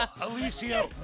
Alicia